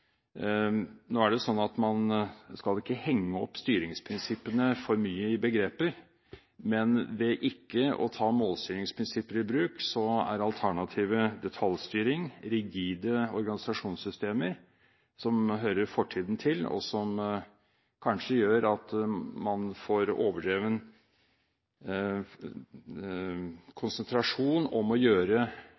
Nå er det slik at man ikke skal henge opp styringsprinsippene for mye i begreper, men hvis man ikke tar målstyringsprinsipper i bruk, er alternativet detaljstyring og rigide organisasjonssystemer som hører fortiden til, og som kanskje gjør at man får en overdreven konsentrasjon om å gjøre